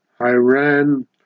Iran